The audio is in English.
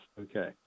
okay